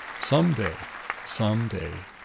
some day some day